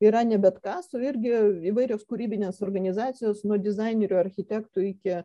yra ne bet kas o irgi įvairios kūrybinės organizacijos nuo dizainerių architektų iki